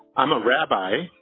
i'm a rabbi,